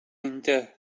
inte